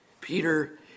Peter